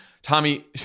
Tommy